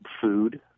food